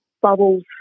bubbles